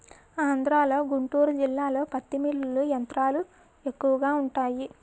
ఆంధ్రలో గుంటూరు జిల్లాలో పత్తి మిల్లులు యంత్రాలు ఎక్కువగా వుంటాయి